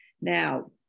Now